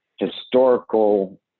historical